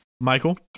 Michael